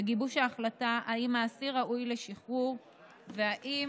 בגיבוש ההחלטה אם האסיר ראוי לשחרור ואם